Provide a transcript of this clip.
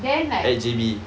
then like